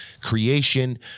creation